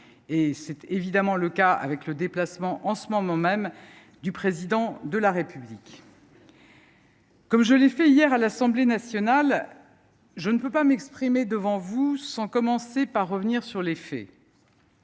est évidemment le cas avec le déplacement, en ce moment même, du Président de la République. Comme je l’ai fait hier à l’Assemblée nationale, je ne peux pas m’exprimer devant vous sans commencer par revenir sur les faits.